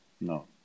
No